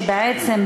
שבעצם,